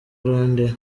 rwandair